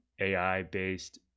AI-based